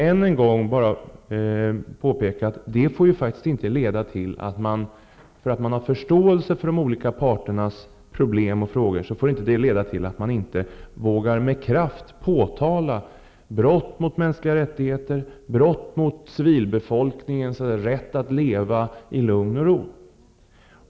Men att man har förståelse för de olika parternas problem och frågor får inte leda till att man inte med kraft vågar påtala brott mot mänskliga rättigheter, brott mot civilbefolkningens rätt att leva i lugn och ro.